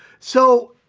so